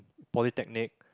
polytechnic